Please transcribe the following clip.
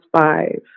five